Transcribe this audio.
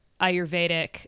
Ayurvedic